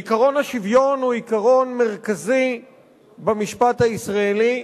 עקרון השוויון הוא עיקרון מרכזי במשפט הישראלי.